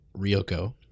Ryoko